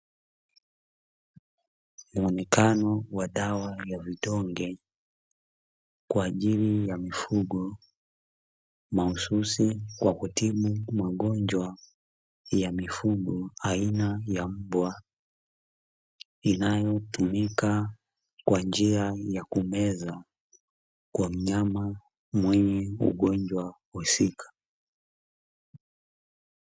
Muonekano wa dawa ya vidonge kwa ajili ya mifugo mahususi kwa kutibu magonjwa ya mifugo aina ya mbwa, inayotumika kwa njia ya kumeza kwa mnyama mwenye ugonjwa husika.